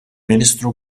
ministru